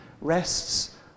rests